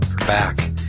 back